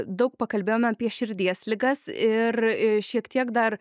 daug pakalbėjome apie širdies ligas ir šiek tiek dar